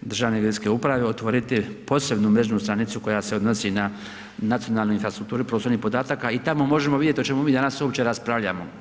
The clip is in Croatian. Državne geodetske uprave, otvoriti posebnu mrežnu stranicu koja se odnosi na nacionalnu infrastrukturu prostornih podataka i tamo možemo vidjeti o čemu mi danas uopće raspravljamo.